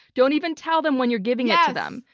don't even tell them when you're giving it to them.